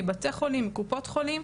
מבתי חולים ומקופות חולים.